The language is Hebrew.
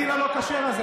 הדיל הלא-כשר הזה.